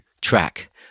track